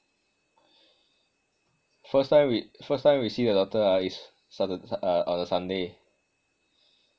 first time we first time we see the doctor ah is satur s~ uh uh sunday